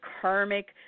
karmic